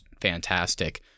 fantastic